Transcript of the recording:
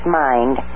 mind